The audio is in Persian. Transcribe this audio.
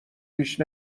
پیش